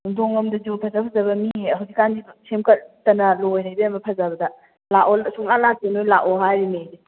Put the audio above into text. ꯅꯨꯡꯗꯣꯡ ꯂꯣꯝꯗꯁꯨ ꯐꯖ ꯐꯖꯕ ꯃꯤ ꯍꯧꯖꯤꯛꯀꯥꯟꯗꯤ ꯁꯦꯝꯒꯠꯇꯅ ꯂꯣꯏꯔꯦ ꯏꯕꯦꯝꯃ ꯐꯖꯕꯗ ꯂꯥꯛꯑꯣ ꯁꯨꯡꯂꯥꯛ ꯂꯥꯛꯇꯦ ꯅꯣꯏ ꯂꯥꯛꯑꯣ ꯍꯥꯏꯔꯤꯅꯦ ꯑꯩꯗꯤ